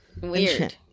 Weird